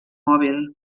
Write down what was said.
mòbil